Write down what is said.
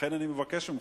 לכן אני מבקש ממך,